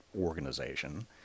organization